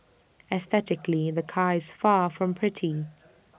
aesthetically the car is far from pretty